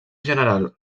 general